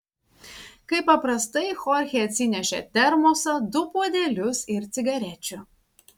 kaip paprastai chorchė atsinešė termosą du puodelius ir cigarečių